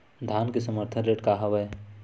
धान के समर्थन रेट का हवाय?